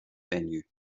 venue